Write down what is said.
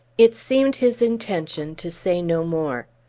it seemed his intention to say no more.